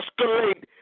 escalate